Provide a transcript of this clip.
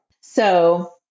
So-